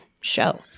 show